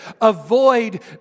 Avoid